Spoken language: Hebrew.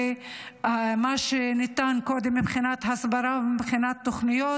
וממה שניתן קודם מבחינת הסברה ומבחינת תוכניות,